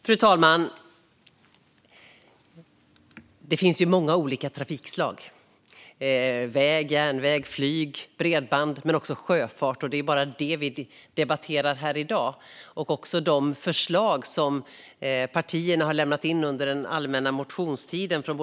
Fru talman! Det finns många olika trafikslag - väg, järnväg, flyg, bredband men också sjöfart. Det är bara sjöfarten vi debatterar här i dag liksom de förslag som partier och kommittéer har lämnat in under den allmänna motionstiden.